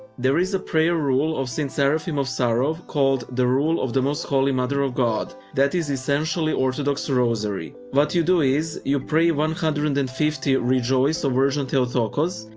there is a prayer rule of st. seraphim of sarov called the rule of the most holy mother of god. that is essentially the orthodox rosary. what you do is you pray one hundred and and fifty rejoice, o virgin theotokos,